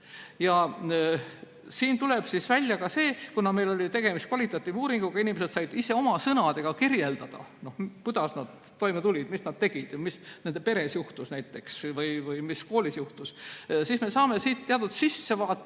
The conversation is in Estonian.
Siin tuleb välja ka see, et kuna meil oli tegemist kvalitatiivuuringuga, inimesed said ise oma sõnadega kirjeldada, kuidas nad toime tulid, mis nad tegid, mis näiteks nende peres juhtus või mis koolis juhtus, siis me saame siit teatud sissevaate